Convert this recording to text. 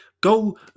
go